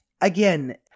again